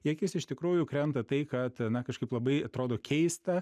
į akis iš tikrųjų krenta tai kad na kažkaip labai atrodo keista